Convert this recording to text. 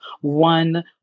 one